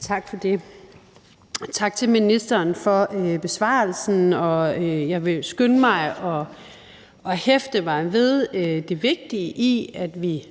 Tak for det. Tak til ministeren for besvarelsen, og jeg vil skynde mig at hæfte mig ved det vigtige i, at vi –